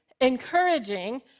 encouraging